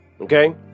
okay